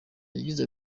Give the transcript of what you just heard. yagize